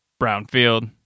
Brownfield